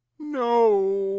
no,